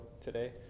today